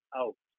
out